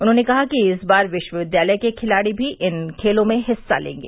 उन्होंने कहा कि इस बार विश्वविद्यालय के खिलाड़ी भी इन खेलों में हिस्सा लेंगे